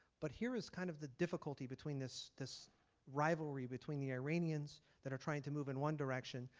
but here is kind of the difficulty between this this rivalry between the iranians there trying to move in one direction,